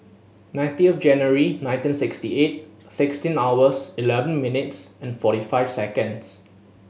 nineteen of January nineteen sixty eight sixteen hours eleven minutes and forty five seconds